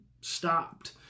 stopped